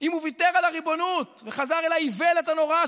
אם הוא ויתר על הריבונות וחזר אל האיוולת הנוראה